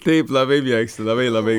taip labai mėgstu labai labai